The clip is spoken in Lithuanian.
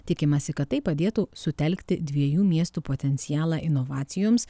tikimasi kad tai padėtų sutelkti dviejų miestų potencialą inovacijoms